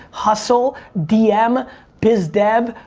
hustle, dm, biz dev,